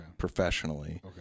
professionally